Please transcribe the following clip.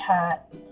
hat